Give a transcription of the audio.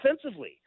offensively